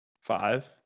Five